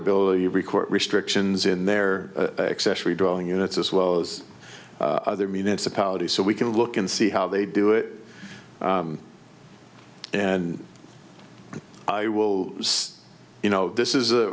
ability record restrictions in their accessory drawing units as well as other municipalities so we can look and see how they do it and i will say you know this is